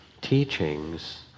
teachings